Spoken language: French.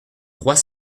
trois